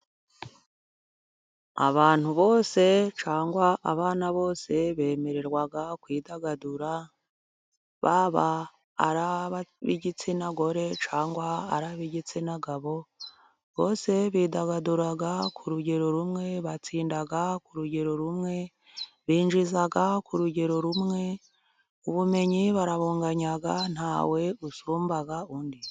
Abantu bose cyangwa abana bose bemererwa kwidagadura, baba ari ab'igitsina gore cyangwa ab'igitsina gabo. Bose bidagadura ku rugero rumwe, batsinda ku rugero rumwe, binjiza ku rugero rumwe, ubumenyi barabunganya ntawe usumba undi.